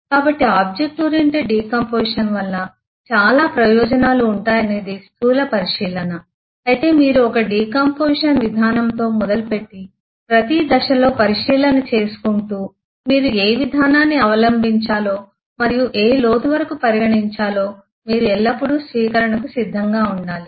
కాబట్టి object oriented decomposition వల్ల చాలా ప్రయోజనాలు ఉంటాయనేది స్థూల పరిశీలన అయితే మీరు ఒక డికాంపొజిషన్ విధానంతో మొదలుపెట్టి ప్రతి దశలో పరిశీలన చేసుకుంటూ మీరు ఏ విధానాన్ని అవలంబించాలో మరియు ఏ లోతు వరకు పరిగణించాలో మీరు ఎల్లప్పుడూ స్వీకరణకు సిద్ధంగా ఉండాలి